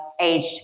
aged